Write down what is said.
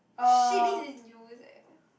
shit this is news eh